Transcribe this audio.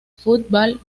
football